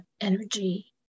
energy